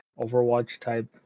Overwatch-type